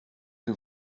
que